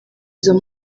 izo